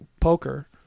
poker